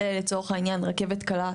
לצורך העניין לרכבת קלה,